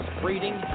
breeding